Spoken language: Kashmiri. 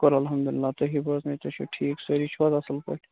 شُکُر اَلحَمدُ اللّٰہ تُہِی بوزنٲوِو تُہۍ چھِو ٹھیٖک سٲری چھِو حظ اَصٕل پٲٹھۍ